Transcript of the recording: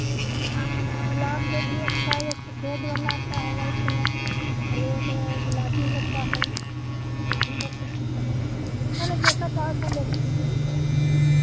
हाँ और ग़ुलाब के भी अच्छा एक सफ़ेद वाला आता है वाइट कलर और एक ग़ुलाबी होता है वो भी बड़ा सस्ता है अरे जैसा चाहो वैसा ले सकती हो